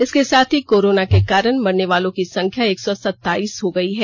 इसके साथ ही कोरोना के कारण मरने वाले की संख्या एक सौ सताईस हो गई है